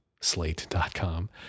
Slate.com